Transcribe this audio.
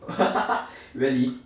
really